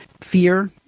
fear